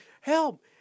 help